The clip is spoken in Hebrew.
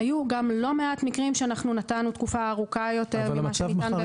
היו גם לא מעט מקרים שנתנו תקופה ארוכה יותר ממה שניתן באירופה.